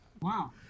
Wow